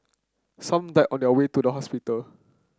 some died on their way to the hospital